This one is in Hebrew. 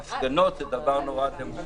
הפגנות זה דבר מאוד דמוקרטי,